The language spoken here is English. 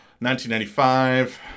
1995